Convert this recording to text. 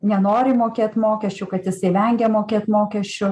nenori mokėt mokesčių kad jisai vengia mokėt mokesčių